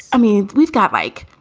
i mean, we've got like